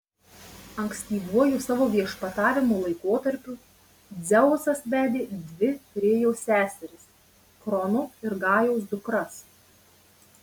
ankstyvuoju savo viešpatavimo laikotarpiu dzeusas vedė dvi rėjos seseris krono ir gajos dukras